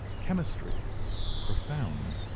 chemistry profound.